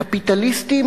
קפיטליסטים?